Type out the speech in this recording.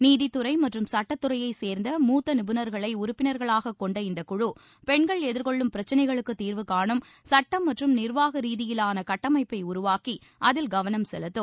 நீதித்துறை மற்றும் சட்டத்துறையைச் சேர்ந்த மூத்த நிபுணர்களை உறுப்பினர்களாகக் கொண்ட இந்தக்குழு பெண்கள் எதிர்நோக்கும் பிரச்சினைகளுக்கு தீர்வுகானும் சுட்டம் மற்றும் நிர்வாக ரீதியிலாள கட்டமைப்பை உருவாக்கி அதில் கவனம் செலுத்தும்